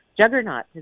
juggernaut